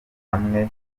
hamwe